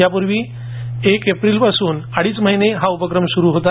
यापूर्वी एक एप्रिलपासून अडीच महिने हा उपक्रम सुरू होता